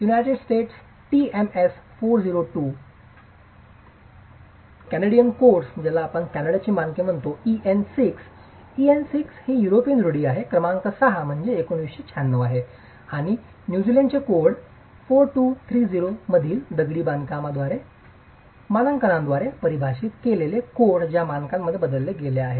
United States TMS 402 द कॅनडाची मानके युरोकोड EN ही युरोपियन रूढी आहे क्रमांक 6 for 1996 आहे आणि न्यूझीलंड कोड 4230 मधील दगडी बांधकाम मानकांद्वारे परिभाषित केलेले कोड ज्या मानकांमध्ये बदलले गेले आहेत